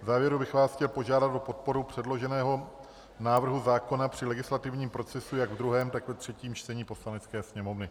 V závěru bych vás chtěl požádat o podporu předloženého návrhu zákona při legislativním procesu jak ve druhém, tak třetím čtení Poslanecké sněmovny.